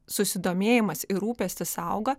susidomėjimas ir rūpestis auga